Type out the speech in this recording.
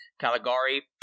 Caligari